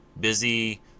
busy